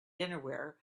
dinnerware